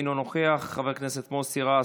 אינו נוכח, חבר הכנסת מוסי רז,